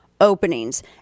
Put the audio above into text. openings